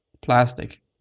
plastic